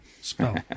Spell